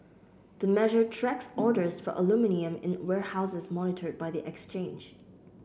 the measure tracks orders for aluminium in warehouses monitored by the exchange